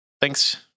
thanks